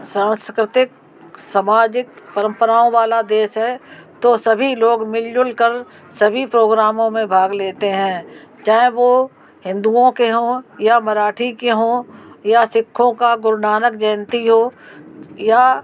सांस्कृति समाजिक परंपराओं वाला देश है तो सभी लोग मिल जुल कर सभी प्रोग्रामों में भाग लेते हैं चाहे वो हिन्दुओं के हों या मराठी के हों या सिक्खों का गुरु नानक जयंती हो या